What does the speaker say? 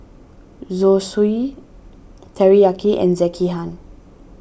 Zosui Teriyaki and Sekihan